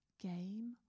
game